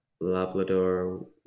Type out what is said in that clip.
Labrador